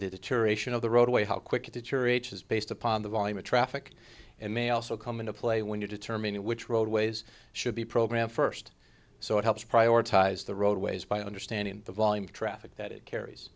deterioration of the roadway how quickly deteriorates is based upon the volume of traffic and may also come into play when you determine which roadways should be programmed first so it helps prioritize the roadways by understanding the volume of traffic that it carries